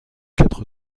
quatre